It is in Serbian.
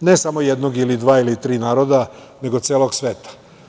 ne samo jednog, dva ili tri naroda, nego celog sveta.